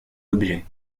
objets